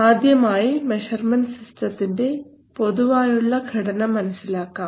ആദ്യമായി മെഷർമെൻറ് സിസ്റ്റത്തിൻറെ പൊതുവായുള്ള ഘടന മനസ്സിലാക്കാം